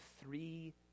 three